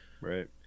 right